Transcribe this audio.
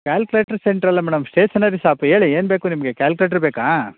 calculator ಸೆಂಟ್ರಲ್ಲ madam stationery shop ಹೇಳಿ ಏನು ಬೇಕು ನಿಮಗೆ ಕ್ಯಾಲ್ಕ್ಯುಲೇಟ್ರು ಬೇಕಾ